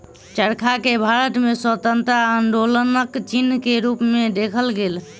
चरखा के भारत में स्वतंत्रता आन्दोलनक चिन्ह के रूप में देखल गेल